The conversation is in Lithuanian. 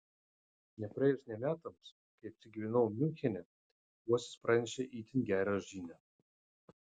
nepraėjus nė metams kai apsigyvenau miunchene uosis pranešė itin gerą žinią